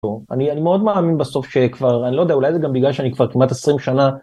אני מאוד מאמין בסוף שכבר אני לא יודע אולי זה גם בגלל שאני כבר כמעט 20 שנה